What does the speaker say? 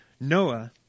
Noah